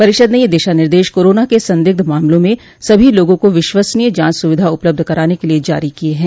परिषद ने ये दिशा निर्देश कोरोना के संदिग्ध मामलों में सभी लोगों को विश्वसनीय जांच सुविधा उपलब्ध कराने के लिए जारी किए हैं